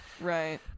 right